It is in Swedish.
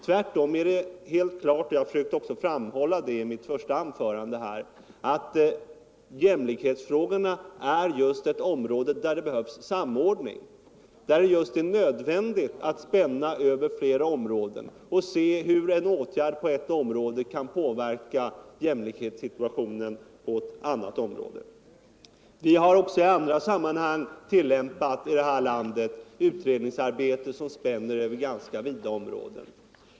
Tvärtom är det helt klart — och jag försökte också framhålla det i mitt första anförande — att jämlikhetsfrågorna är just det fält där det behövs samordning, där det är nödvändigt att spänna över flera områden och se hur en åtgärd på ett område kan påverka jämlikhetssituationen på ett annat område. Vi har också i andra sammanhang i det här landet utredningsarbete som spänner över ganska vida områden.